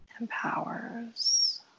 empowers